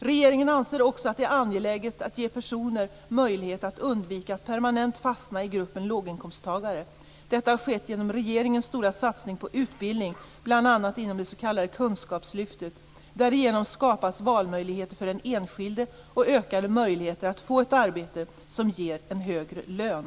Regeringen anser också att det är angeläget att ge personer möjlighet att undvika att permanent fastna i gruppen låginkomsttagare. Detta har skett genom regeringens stora satsning på utbildning, bl.a. inom det s.k. kunskapslyftet. Därigenom skapas valmöjligheter för den enskilde och ökade möjligheter att få ett arbete som ger en högre lön.